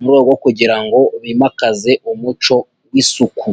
mu rwego rwo kugira ngo bimakaze umuco w'isuku.